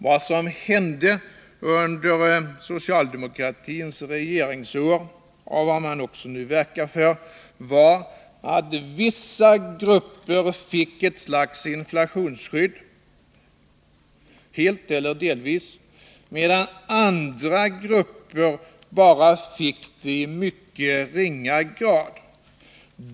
Vad som hände under socialdemokratins regeringsår — och vad man också nu verkar för — är att vissa grupper får ett slags inflationsskydd, helt eller delvis, medan andra grupper bara får det i mycket ringa grad.